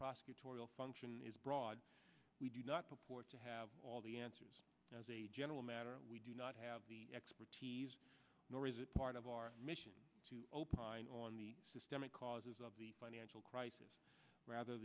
prosecutorial function is broad we do not purport to have all the answers as a general matter we do not have the expertise nor is it part of our mission to opine on the systemic causes of the financial crisis rather